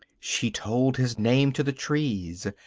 she told his name to the trees.